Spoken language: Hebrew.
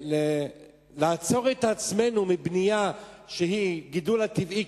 ולעצור את עצמנו מבנייה לטובת הגידול הטבעי,